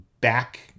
back